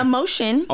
Emotion